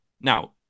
Now